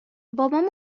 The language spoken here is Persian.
بابام